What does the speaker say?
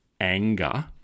anger